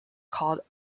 called